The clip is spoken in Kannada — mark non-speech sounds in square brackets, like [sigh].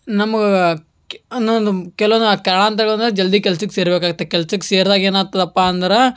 ನಮಗಾ ಕೆ [unintelligible] ಕೆಲವೊಂದು ಆ ಕಾರಣಾಂತರ್ಗಳಿಂದ ಜಲ್ದಿ ಕೆಲ್ಸಕ್ಕೆ ಸೇರಬೇಕಾಗತ್ತೆ ಕೆಲ್ಸಕ್ಕೆ ಸೇರ್ದಾಗ ಏನಾಗ್ತದಪ್ಪ ಅಂದ್ರೆ